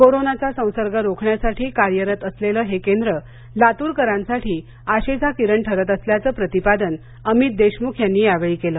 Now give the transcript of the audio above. कोरोनाचा संसर्ग रोखण्यासाठी कार्यरत असलेलं हे केंद्र लातूरकरांसाठी आशेचा किरण ठरत असल्याचं प्रतिपादन अमित देशमुख यांनी यावेळी केलं